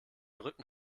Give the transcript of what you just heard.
rücken